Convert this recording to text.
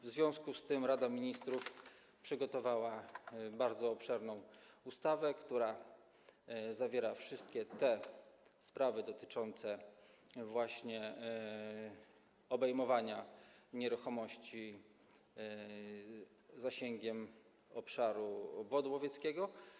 W związku z tym Rada Ministrów przygotowała bardzo obszerną ustawę, która reguluje wszystkie te sprawy dotyczące obejmowania nieruchomości zasięgiem obszaru obwodu łowieckiego.